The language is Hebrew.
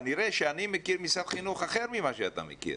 כנראה שאני מכיר משרד חינוך אחר ממה שאתה מכיר.